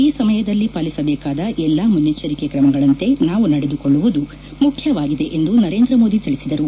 ಈ ಸಮಯದಲ್ಲಿ ಪಾಲಿಸಬೇಕಾದ ಎಲ್ಲಾ ಮುನ್ನೆಚ್ಚರಿಕೆ ಕ್ರಮಗಳಂತೆ ನಾವು ನಡೆದುಕೊಳ್ಳುವುದು ಮುಖ್ಯವಾಗಿದೆ ಎಂದು ನರೇಂದ್ರ ಮೋದಿ ತಿಳಿಸಿದರು